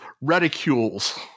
reticules